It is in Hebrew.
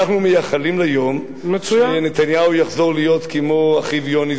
ואנחנו מייחלים ליום שנתניהו יחזור להיות כמו אחיו יוני,